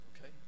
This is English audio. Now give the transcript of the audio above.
okay